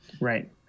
Right